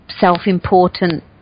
self-important